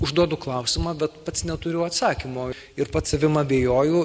užduodu klausimą bet pats neturiu atsakymo ir pats savim abejoju